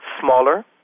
smaller